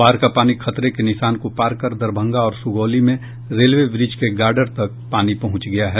बाढ़ का पानी खतरे के निशान को पार कर दरभंगा और सुगौली में रेलवे ब्रिज के गार्डर तक पानी पहुंच गया है